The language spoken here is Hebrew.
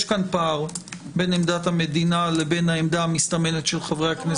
יש כאן פער בין עמדת המדינה לבין העמדה המסתמנת של חברי הכנסת.